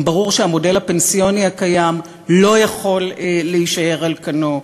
גם ברור שהמודל הפנסיוני הקיים לא יכול להישאר על כנו,